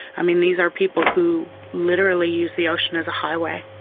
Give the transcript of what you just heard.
i mean, these are people who literally use the ocean as a highway.